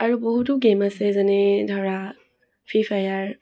আৰু বহুতো গেইম আছে যেনে ধৰা ফ্ৰী ফায়াৰ